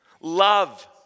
Love